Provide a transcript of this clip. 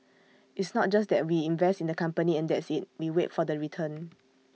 it's not just that we invest in the company and that's IT we wait for the return